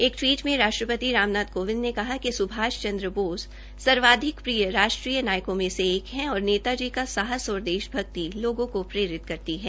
एक टवीट में राष्ट्रपति रामनाथ कोविंद ने कहा कि सुभाष चन्द्र बोस सर्वाधिक प्रिय राष्ट्रीय नायकों में से एक है और नेता जी का साहस और देशभक्ति को प्रेरित करती है